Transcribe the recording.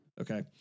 okay